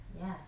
Yes